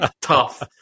tough